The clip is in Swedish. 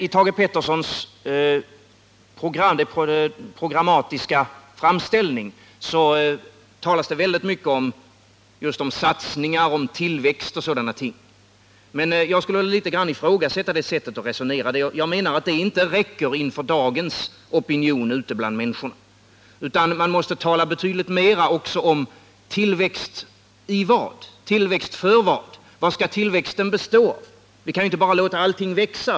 I Thage Petersons programmatiska framställning talas väldigt mycket om satsningar, tillväxt och sådant, men jag skulle vilja ifrågasätta det sättet att resonera. Jag menar att det inte räcker inför dagens opinion ute bland människorna. Man måste i stället tala betydligt mer om dessa frågor: Tillväxt i vad? Tillväxt för vad? Vad skall den tillväxten bestå av? Vi kan inte bara låta allting växa.